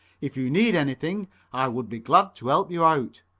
if you need anything i would be glad to help you out.